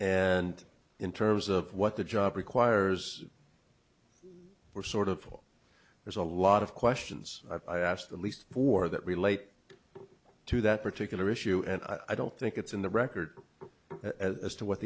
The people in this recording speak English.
and in terms of what the job requires were sort of full there's a lot of questions asked at least for that relate to that particular issue and i don't think it's in the record as to what